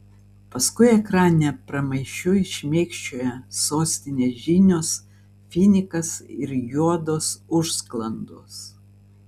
paskui ekrane pramaišiui šmėkščioja sostinės žinios finikas ir juodos užsklandos